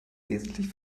wesentlich